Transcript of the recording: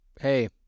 Hey